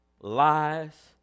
lies